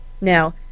Now